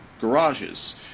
garages